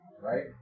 right